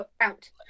out